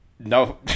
No